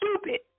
stupid